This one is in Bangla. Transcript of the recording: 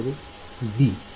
হ্যাঁ b হবে